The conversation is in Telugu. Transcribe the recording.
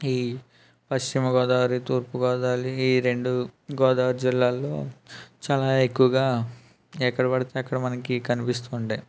ఈ పశ్చిమ గోదావరి తూర్పు గోదావరి ఈ రెండు గోదావరి జిల్లాలో చాలా ఎక్కువగా ఎక్కడ పడితే అక్కడ మనకి కనిపిస్తూ ఉండే